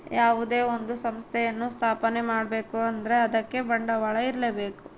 ಯಾವುದೇ ಒಂದು ಸಂಸ್ಥೆಯನ್ನು ಸ್ಥಾಪನೆ ಮಾಡ್ಬೇಕು ಅಂದ್ರೆ ಅದಕ್ಕೆ ಬಂಡವಾಳ ಇರ್ಲೇಬೇಕು